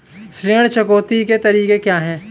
ऋण चुकौती के तरीके क्या हैं?